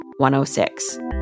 106